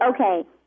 okay